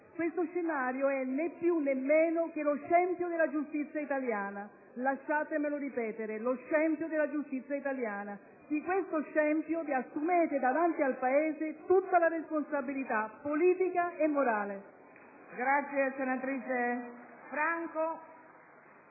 Questo scenario è né più né meno che lo scempio della giustizia italiana. Lasciatemelo ripetere: lo scempio della giustizia italiana. Di questo scempio vi assumete davanti al Paese tutta la responsabilità politica e morale. *(Applausi dal